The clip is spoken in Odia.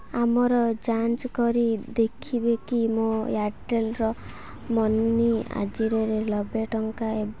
ଆମର ଯାଞ୍ଚ କରି ଦେଖିବେକି ମୋ ଏୟାର୍ଟେଲ୍ର ମନି ଆଜିଓରେ ନବେ ଟଙ୍କା ଏବ